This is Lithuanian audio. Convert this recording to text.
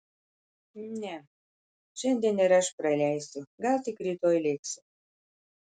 ne šiandien ir aš praleisiu gal tik rytoj lėksiu